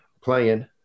playing